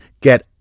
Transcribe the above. Get